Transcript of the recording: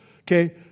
Okay